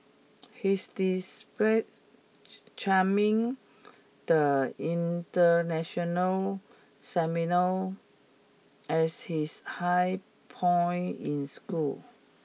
he's charming the international seminar as his high point in school